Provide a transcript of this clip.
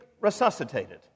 resuscitated